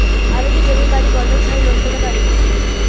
আমি কি জমি বাড়ি বন্ধক ছাড়াই লোন পেতে পারি?